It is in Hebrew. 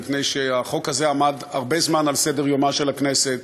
מפני שהחוק הזה עמד הרבה זמן על סדר-יומה של הכנסת.